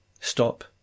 stop